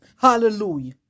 Hallelujah